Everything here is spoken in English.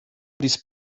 these